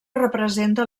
representa